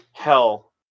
Hell